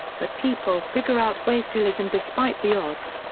but people figure out ways to listen despite the odds.